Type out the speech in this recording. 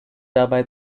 dabei